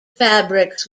fabrics